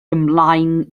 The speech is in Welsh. ymlaen